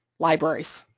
libraries.